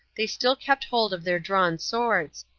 they still kept hold of their drawn swords,